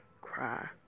cry